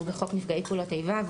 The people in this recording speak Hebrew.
הוא בחוק נפגעי פעולות איבה.